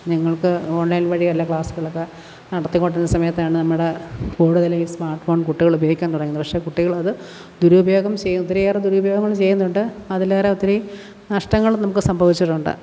നിങ്ങൾക്ക് ഓൺലൈൻ വഴിയല്ലേ ക്ലാസുകളൊക്കെ നടത്തിക്കോണ്ടിരുന്നത് സമയത്താണ് നമ്മുടെ കൂടുതൽ ഈ സ്മാർട്ട് ഫോൺ കുട്ടികൾ ഉപയോഗിക്കാൻ തുടങ്ങുന്നത് പക്ഷേ കുട്ടികൾ അത് ദുരുപയോഗം ചെയ്യാൻ ഒത്തിരിയേറെ ദുരുപയോഗങ്ങൾ ചെയ്യുന്നുണ്ട് അതിലേറെ ഒത്തിരി നഷ്ടങ്ങളും നമുക്ക് സംഭവിച്ചിട്ടുണ്ട്